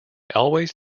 always